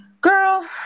girl